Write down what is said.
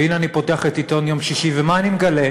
והנה אני פותח את עיתון יום שישי, ומה אני מגלה?